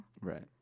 right